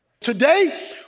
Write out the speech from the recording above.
Today